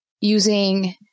using